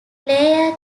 player